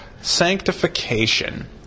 Sanctification